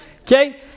Okay